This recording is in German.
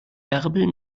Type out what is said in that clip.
bärbel